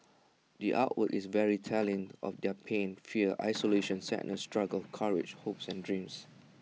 the art work is very telling of their pain fear isolation sadness struggles courage hopes and dreams